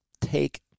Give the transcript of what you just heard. take